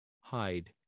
Hide